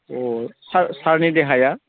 अ सारनि देहाया